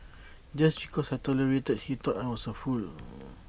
just because I tolerated he thought I was A fool